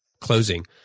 closing